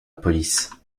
police